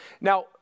Now